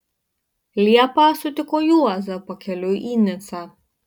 liepą sutiko juozą pakeliui į nicą